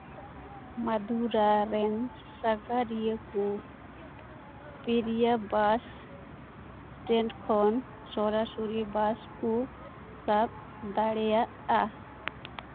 ᱢᱟᱫᱩᱨᱟ ᱨᱮᱱ ᱥᱟᱸᱜᱷᱟᱨᱤᱭᱟᱹ ᱠᱚ ᱯᱮᱨᱤᱭᱟ ᱵᱟᱥ ᱥᱴᱮᱱᱰ ᱠᱷᱚᱱ ᱥᱚᱨᱟᱥᱚᱨᱤ ᱵᱟᱥ ᱠᱚ ᱥᱟᱵ ᱫᱟᱲᱮᱭᱟᱜᱼᱟ